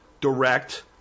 direct